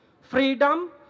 freedom